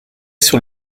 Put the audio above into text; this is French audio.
sur